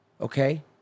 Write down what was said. Okay